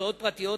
הוצאות פרטיות,